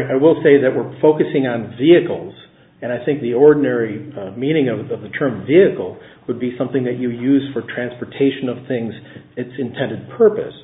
t i will say that we're focusing on vehicles and i think the ordinary meaning of the term vehicle would be something that you use for transportation of things it's intended purpose